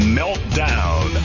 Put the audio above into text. meltdown